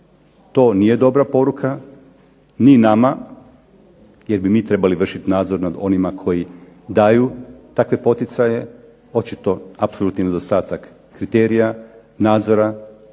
To nije dobra poruka ni nama, jer bi mi trebali vršiti nadzor nad onima koji daju takve poticaje. Očito apsolutni nedostatak kriterija nadzora